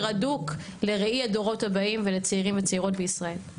הדוק לראי הדורות הבאים ולצעירים וצעירות בישראל.